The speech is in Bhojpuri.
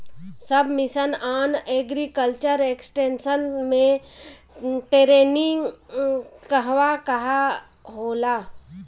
सब मिशन आन एग्रीकल्चर एक्सटेंशन मै टेरेनीं कहवा कहा होला?